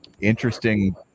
interesting